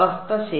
അവസ്ഥ ശരി